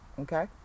Okay